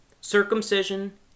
Circumcision